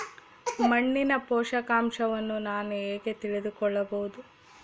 ಮಣ್ಣಿನ ಪೋಷಕಾಂಶವನ್ನು ನಾನು ಹೇಗೆ ತಿಳಿದುಕೊಳ್ಳಬಹುದು?